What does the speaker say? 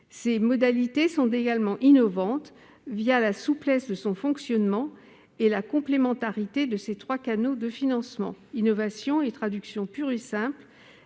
Ses modalités sont également innovantes du fait de la souplesse de son fonctionnement et la complémentarité de ses trois canaux de financement. Innovation et traduction pure et simple